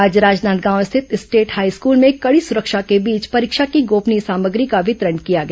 आज राजनांदगांव स्थित state high school में कड़ी सुरक्षा के बीच परीक्षा की गोपनीय सामग्री का वितरण किया गया